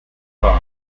speyer